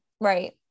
right